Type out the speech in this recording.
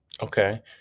Okay